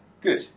good